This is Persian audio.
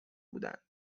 بودند